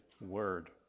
word